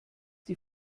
die